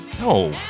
No